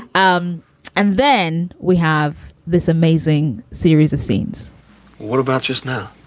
um and then we have this amazing series of scenes what about just now?